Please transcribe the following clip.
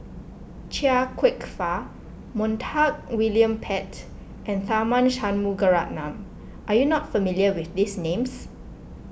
Chia Kwek Fah Montague William Pett and Tharman Shanmugaratnam are you not familiar with these names